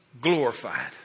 glorified